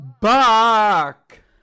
back